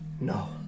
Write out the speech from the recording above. No